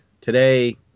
today